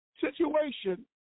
situation